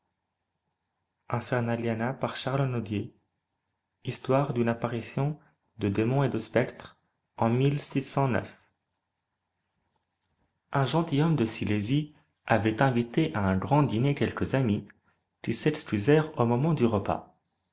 histoire d'une apparition de démons et de spectres en un gentilhomme de silésie avait invité à un grand dîner quelques amis qui s'excusèrent au moment du repas